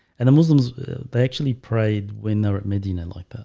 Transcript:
and the muslims they actually prayed when they were at medina like but